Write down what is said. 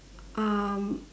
um